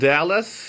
Dallas